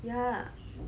yeah